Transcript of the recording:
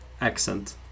accent